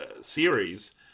series